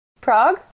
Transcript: Prague